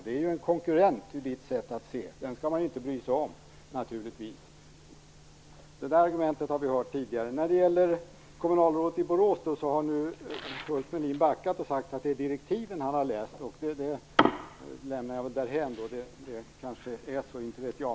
De är ju en konkurrent, med hans sätt att se, och därför skall man naturligtvis inte bry sig om dem. Det argumentet har vi hört tidigare. När det gäller kommunalrådet i Borås har nu Ulf Melin backat och sagt att det är direktiven han har läst. Jag lämnar därför det därhän. Det kanske är så, inte vet jag.